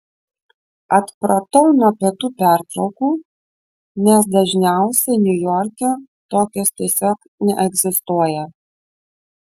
atpratau nuo pietų pertraukų nes dažniausiai niujorke tokios tiesiog neegzistuoja